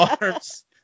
arms